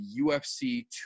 ufc